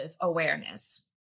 awareness